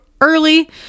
early